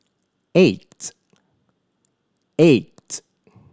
eight eight